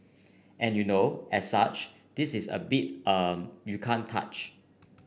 and you know as such this's a beat you can't touch